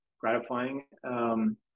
gratifying